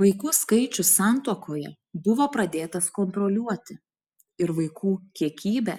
vaikų skaičius santuokoje buvo pradėtas kontroliuoti ir vaikų kiekybę